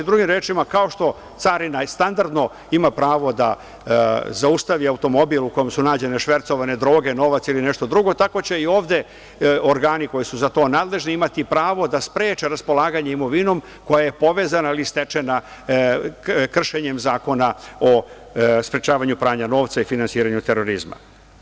Drugim rečima, kao što i carina standardno ima pravo da zaustavi automobil u kom su nađene švercovane droge, novac ili nešto drugo, tako će i ovde organi koji su za to nadležni, imati pravo da spreče raspolaganje imovinom koja je povezana ili stečena kršenjem Zakona o sprečavanju pranja novca i finansiranju terorizma.